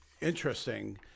interesting